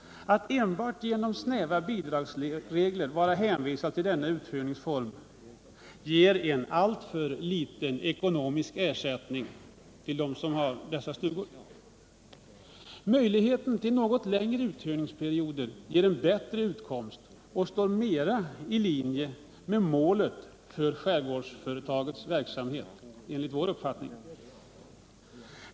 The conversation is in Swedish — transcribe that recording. Att på grund av snäva bidragsregler vara hänvisad enbart till denna uthyrningsform ger en alltför liten ekonomisk ersättning till dem som har dessa stugor. Möjlighet till något längre uthyrningsperioder ger en bättre utkomst och är, enligt vår åsikt, mera i linje med målet för skärgårdsföretagets verksamhet.